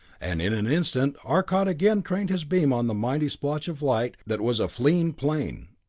and in an instant arcot again trained his beam on the mighty splotch of light that was a fleeing plane.